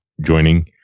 joining